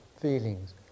feelings